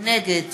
נגד